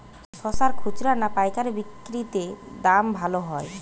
শশার খুচরা না পায়কারী বিক্রি তে দাম ভালো হয়?